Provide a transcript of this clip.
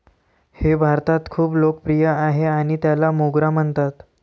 हे भारतात खूप लोकप्रिय आहे आणि त्याला मोगरा म्हणतात